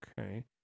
Okay